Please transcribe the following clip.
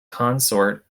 consort